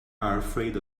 afraid